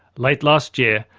late last year,